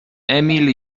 emil